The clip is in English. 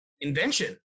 invention